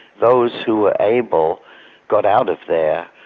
those who were able got out of there,